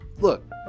Look